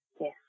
Yes